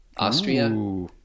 Austria